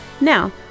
Now